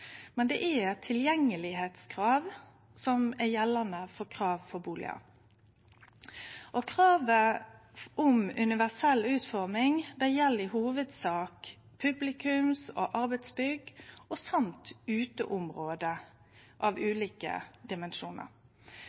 men det er eit tilgjengelegheitskrav som er gjeldande for bustader. Kravet om universell utforming gjeld i hovudsak publikums- og arbeidsbygg og uteområde av ulike dimensjonar.